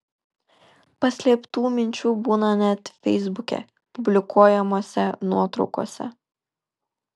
paslėptų minčių būna net feisbuke publikuojamose nuotraukose